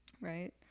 right